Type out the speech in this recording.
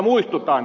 muistutan